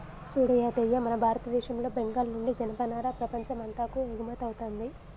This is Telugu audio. సూడు యాదయ్య మన భారతదేశంలో బెంగాల్ నుండి జనపనార ప్రపంచం అంతాకు ఎగుమతౌతుంది